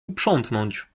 uprzątnąć